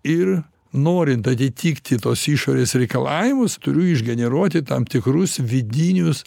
ir norint atitikti tos išorės reikalavimus turiu išgeneruoti tam tikrus vidinius